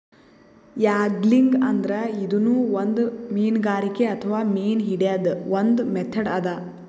angling ಅಂದ್ರ ಇದೂನು ಒಂದ್ ಮೀನ್ಗಾರಿಕೆ ಅಥವಾ ಮೀನ್ ಹಿಡ್ಯದ್ದ್ ಒಂದ್ ಮೆಥಡ್ ಅದಾ